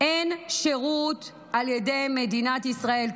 אין שירות על ידי מדינת ישראל,